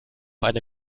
eine